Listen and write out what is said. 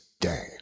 day